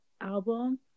album